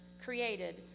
created